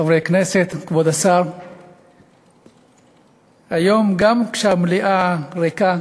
חברי הכנסת, כבוד השר, היום, גם כשהמליאה ריקה,